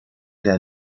der